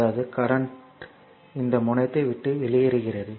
அதாவது கரண்ட் இந்த முனையத்தை விட்டு வெளியேறுகிறது